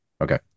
Okay